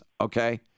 Okay